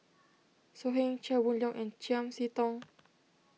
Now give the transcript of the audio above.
So Heng Chia Boon Leong and Chiam See Tong